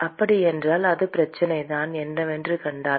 அப்படியென்றால் அதே பிரச்சனைதான் என்னவென்று கண்டால்